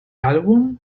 album